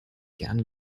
gerne